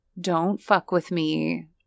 don't-fuck-with-me